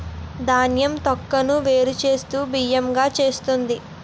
ధాన్యం తొక్కును వేరు చేస్తూ బియ్యం గా చేస్తుంది